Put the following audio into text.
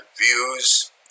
views